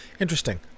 Interesting